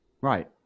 Right